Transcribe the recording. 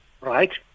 right